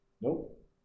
Nope